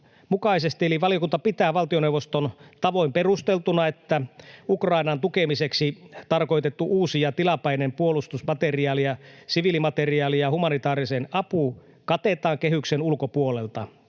Valiokunta pitää valtioneuvoston tavoin perusteltuna, että Ukrainan tukemiseksi tarkoitettu uusi ja tilapäinen puolustusmateriaali-, siviilimateriaali- ja humanitaarinen apu katetaan kehyksen ulkopuolelta.